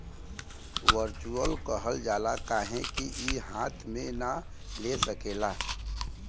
virtual कहल जाला काहे कि ई हाथ मे ना ले सकेला